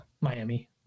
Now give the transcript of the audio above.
Miami